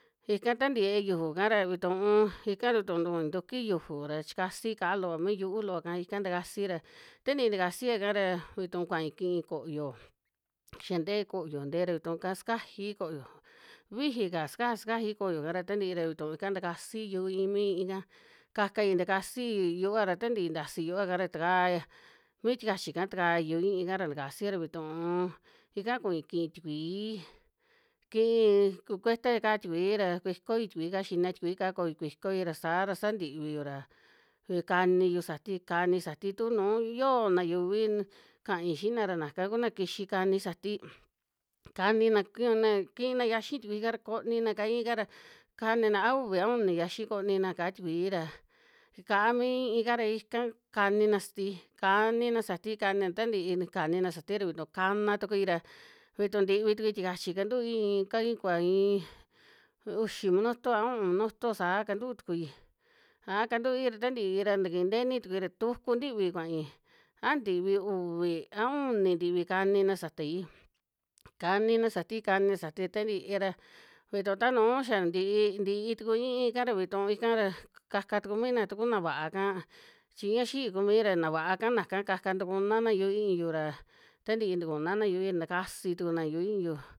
Ika ta nte yiee yuku'ka ra vituu, ika ra ntu tu kui ntukui yuju ra chikasi kaa looa, mi yuu looa'ka ika nta kasi ra ta ntii takasia'ka ra vitu kuai kii koyo, xia ntee koyo ntee ra vituu ika sakajai koyo, viji ka sakaja, sakajai koyo'ka ra tantii ra vituu ika ntakasi yu'u i'ín, mi i'ín ka kakai takasi yuva ra tantii ntasi yuvaka ra takai mi tikachi'ka, takai yu'u i'ínka ra takasia ra vituu ika kui kii tikuii, kii ku- kuetaka tikui ra kuikoi tikui'ka, xina tikui'ka koi kuikoi ra saa ra sa ntiviyu ra, vi kaniyu sati, kani sati tu nuu yoona yuví kai xiina ra naka kuna kixi kani satii kanina, kiuna kiina yiaxi tikui'ka ra konina kaa i'ínka ra kanina a uvi, a uni yiaxi konina kaa tikui ra, kaa mi i'ín ika ra ikan kanina sati, kanina sati, kanina ta ntii satai ra vituu kana tukui ra, vituu ntivi tukui tikachi kantui iin ka iin kuva iin uxi minuto, a u'un minuto saa kantuu tukui, aja kantui ra ta ntii ra tikii nteni tukui ra, tuku ntivi kuai a ntivi uvi, a uni ntivi kanina satai, kanina satai, kanina satai ta ntii ra, vituu ta nuu xa ntii. ntii tuku i'ínka ra vituu ika ra, kaka tuku mina taku na vaaka, chi ña xi'i ku mii ra na vaaka, naka kaka ntukuna'na yuu i'íyu ra, ta ntii tukuna'na yui takasi tukuna yuu i'ínyu.